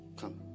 Come